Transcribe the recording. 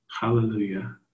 Hallelujah